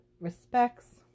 respects